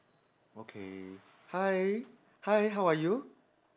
okay hi hi how are you